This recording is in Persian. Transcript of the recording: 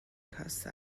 کاسه